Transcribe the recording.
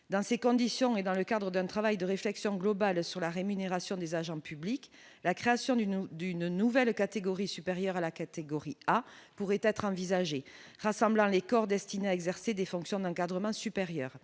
dans ces conditions et dans le cadre d'un travail de réflexion globale sur la rémunération des agents publics, la création d'une d'une nouvelle catégorie supérieure à la catégorie A pourrait être envisagée, rassemblant les corps destiné à exercer des fonctions d'encadrement supérieur,